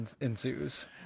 ensues